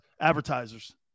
advertisers